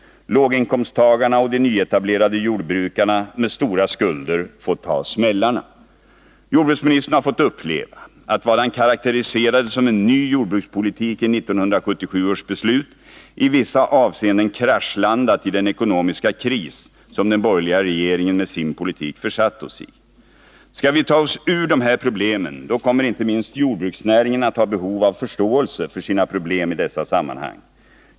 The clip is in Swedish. Låginkomsttagarna och de nyetablerade jordbrukarna med stora skulder får ta smällarna. Jordbruksministern har fått uppleva att vad han karakteriserade som en ny jordbrukspolitik i 1977 års beslut i vissa avseenden kraschlandat i den ekonomiska kris som den borgerliga regeringen med sin politik försatt oss Lå Skall vi ta oss ur de här problemen, då kommer inte minst jordbruksnäringen att ha behov av förståelse för sina problem i dessa sammanhang.